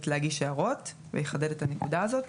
להגיש הערות ויחדד את הנקודה הזאת.